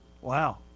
Wow